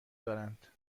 دارند